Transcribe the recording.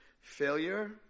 failure